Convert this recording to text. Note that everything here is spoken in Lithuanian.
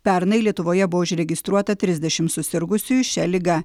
pernai lietuvoje buvo užregistruota trisdešim susirgusiųjų šia liga